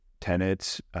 tenants